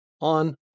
on